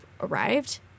arrived